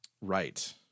right